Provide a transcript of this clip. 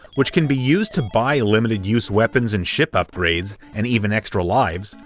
which can be used to buy limited-use weapons and ship upgrades and even extra lives,